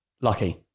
lucky